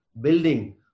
building